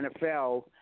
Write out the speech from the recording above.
NFL